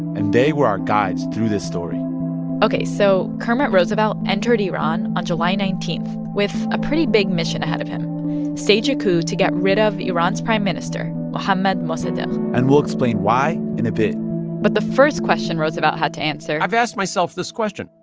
and they were our guides through this story ok, so kermit roosevelt entered iran on july nineteen with a pretty big mission ahead of him stage a coup to get rid of iran's prime minister, mohammad mossadegh and we'll explain why in a bit but the first question roosevelt had to answer. i've asked myself this question.